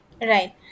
Right